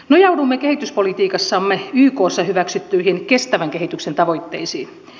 nojaudumme kehityspolitiikassamme ykssa hyväksyttyihin kestävän kehityksen tavoitteisiin